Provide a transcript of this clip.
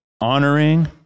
honoring